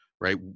right